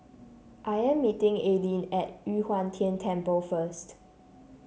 I am meeting Aylin at Yu Huang Tian Temple first